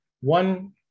One